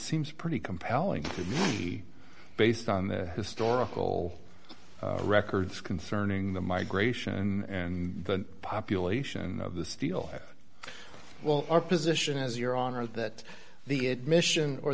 seems pretty compelling to me based on the historical records concerning the migration and the population of the steel well our position is your honor that the admission or